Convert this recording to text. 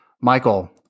Michael